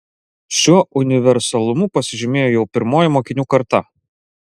šiuo universalumu pasižymėjo jau pirmoji mokinių karta